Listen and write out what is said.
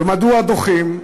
ומדוע דוחים?